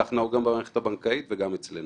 ככה נהוג במערכת הבנקאית וגם אצלנו.